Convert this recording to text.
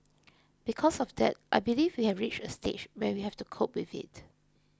because of that I believe we have reached a stage where we have to cope with it